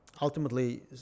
ultimately